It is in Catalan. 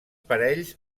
parells